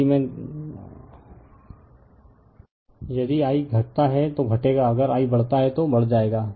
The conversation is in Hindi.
यदि I घटता है तो घटेगा अगर I बढ़ता है तो बढ़ जाएगा